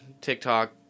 TikTok